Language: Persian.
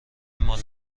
مال